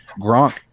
Gronk